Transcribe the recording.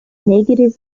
negative